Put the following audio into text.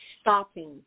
stopping